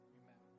amen